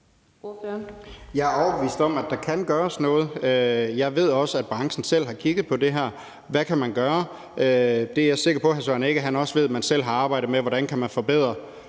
Jeg er overbevist om, at der kan gøres noget. Jeg ved også, at branchen selv har kigget på, hvad man kan gøre. Det er jeg sikker på hr. Søren Egge Rasmussen også ved. Man har selv arbejdet med, hvordan man kan forbedre